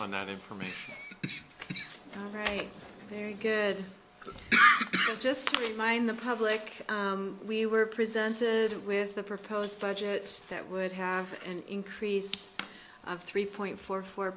on that information right there just to remind the public we were presented with a proposed budget that would have an increase of three point four four